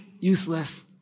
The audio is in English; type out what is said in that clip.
useless